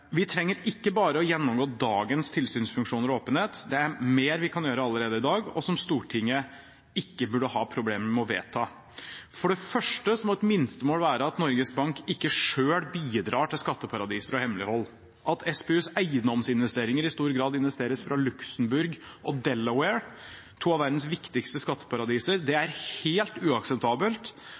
Vi trenger ikke bare å gjennomgå dagens tilsynsfunksjoner og åpenhet, det er mer vi kan gjøre allerede i dag, og som Stortinget ikke burde ha problemer med å vedta. For det første må et minstemål være at Norges Bank ikke selv bidrar til skatteparadiser og hemmelighold. At SPUs eiendomsinvesteringer i stor grad skjer fra Luxembourg og Delaware, to av verdens viktigste skatteparadiser, er helt uakseptabelt,